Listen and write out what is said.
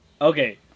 Okay